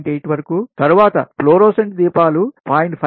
8 వరకు తరువాత ఫ్లోరోసెంట్ దీపాలు 0